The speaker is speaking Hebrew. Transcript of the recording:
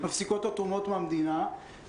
מפסיקות התרומות מהמדינה.